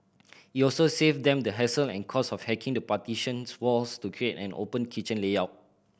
it also save them the hassle and cost of hacking the partitions walls to create an open kitchen layout